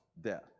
death